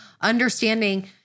understanding